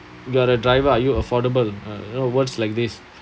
you're a driver are you affordable you know words like this